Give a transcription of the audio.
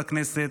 לכנסת,